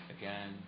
again